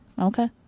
Okay